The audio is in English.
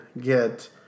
get